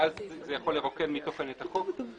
ואז זה יכול לרוקן מתוכן את החוק.